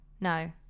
No